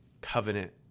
covenant